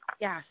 yes